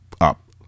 up